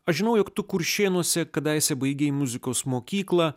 aš žinau jog tu kuršėnuose kadaise baigei muzikos mokyklą